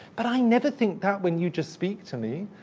but i never think that when you just speak to me.